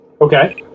Okay